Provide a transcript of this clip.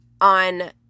on